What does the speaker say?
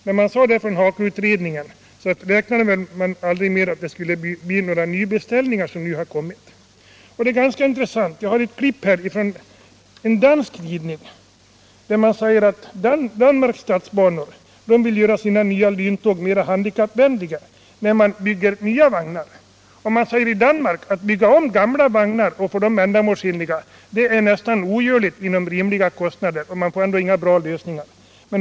När man sade detta från HAKO-utredningen räknade man aldrig med att det skulle bli några nybeställningar av vagnar i nära tid. Jag har ett klipp här från en dansk tidning där man säger att Danmarks statsbaner vill göra sina nya lyntåg mera handikappvänliga när man bygger nya vagnar. Man säger i Danmark att det är nästan ogörligt att till rimliga kostnader bygga om gamla vagnar och få dem ändamålsenliga. Man får inga bra lösningar på det sättet.